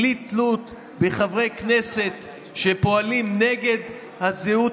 בלי תלות בחברי כנסת שפועלים נגד הזהות